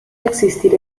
existir